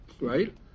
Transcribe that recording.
Right